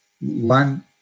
one